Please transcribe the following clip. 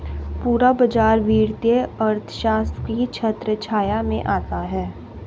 पूरा बाजार वित्तीय अर्थशास्त्र की छत्रछाया में आता है